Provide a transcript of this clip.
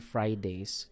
Fridays